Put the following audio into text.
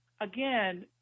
again